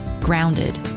grounded